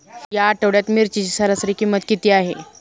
या आठवड्यात मिरचीची सरासरी किंमत किती आहे?